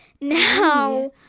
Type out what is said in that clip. Now